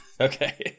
Okay